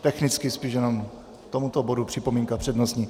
Technicky spíš jenom k tomuto bodu připomínka přednostní?